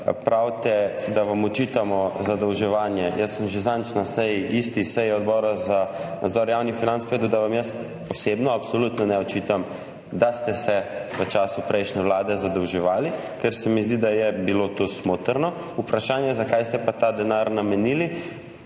pravite, da vam očitamo zadolževanje. Že zadnjič sem na isti seji Komisije za nadzor javnih financ povedal, da vam jaz osebno absolutno ne očitam, da ste se v času prejšnje Vlade zadolževali, ker se mi zdi, da je bilo to smotrno, vprašanje je, za kaj ste pa ta denar namenili.